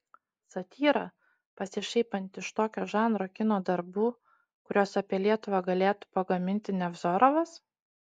satyra pasišaipanti iš tokio žanro kino darbų kuriuos apie lietuvą galėtų pagaminti nevzorovas